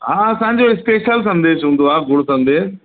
हा असांजो स्पेशल संदेस हूंदो आहे ॻुड़ संदेस